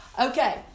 Okay